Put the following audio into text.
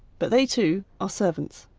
but they, too, are servants.